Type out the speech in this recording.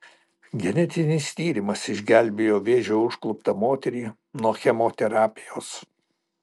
genetinis tyrimas išgelbėjo vėžio užkluptą moterį nuo chemoterapijos